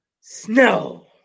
snow